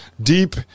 deep